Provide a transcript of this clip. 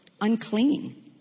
unclean